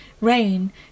Rain